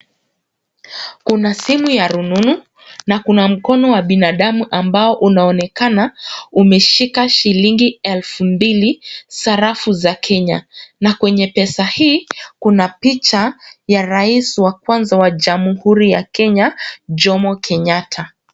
Kuna simu ya rununu na kuna mkono wa mwanadamu ambao unaonekana, umeshika shilingi elfu mbili za rafu ya Kenya na kwenye pesa hii kuna picha ya rais wa kwanza wa jamuhuri ya Kenya Jomo Kenyatta.